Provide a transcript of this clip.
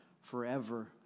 forever